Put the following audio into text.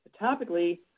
topically